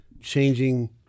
changing